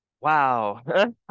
Wow